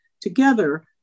together